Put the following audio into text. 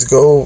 go